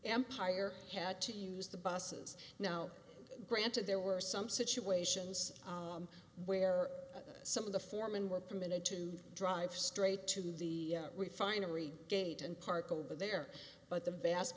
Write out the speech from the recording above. empire had to use the buses now granted there were some situations where some of the foremen were permitted to drive straight to the refinery gate and park over there but the vast